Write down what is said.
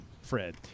Fred